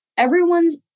everyone's